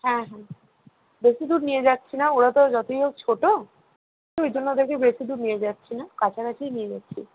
হ্যাঁ হ্যাঁ বেশি দূর নিয়ে যাচ্ছি না ওরা তো যতই হোক ছোটো ওই জন্য ওদেরকে বেশি দূর নিয়ে যাচ্ছি না কাছাকাছিই নিয়ে যাচ্ছি